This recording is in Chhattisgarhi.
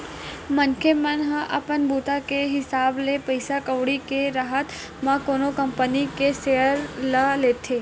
मनखे मन ह अपन बूता के हिसाब ले पइसा कउड़ी के राहब म कोनो कंपनी के सेयर ल लेथे